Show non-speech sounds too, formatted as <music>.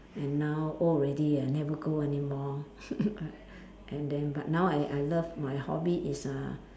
and now old already I never go anymore <laughs> uh and then but now I I love my hobby is uh